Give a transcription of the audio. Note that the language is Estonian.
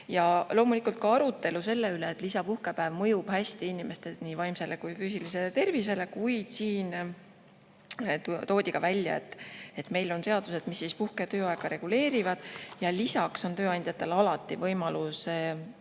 Ja loomulikult oli ka arutelu selle üle, et lisapuhkepäev mõjub hästi inimeste nii vaimsele kui ka füüsilisele tervisele, kuid toodi ka välja, et meil on seadused, mis puhke- ja tööaega reguleerivad ja lisaks on tööandjatel alati võimalus,